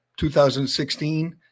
2016